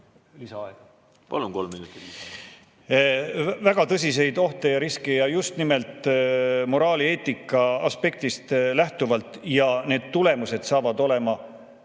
lisaaega. Palun! Kolm minutit. Mina näen väga tõsiseid ohte ja riske, just nimelt moraali ja eetika aspektist lähtuvalt. Need tulemused saavad olema